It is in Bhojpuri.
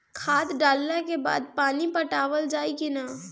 खाद डलला के बाद पानी पाटावाल जाई कि न?